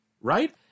right